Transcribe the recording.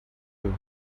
you